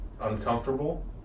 uncomfortable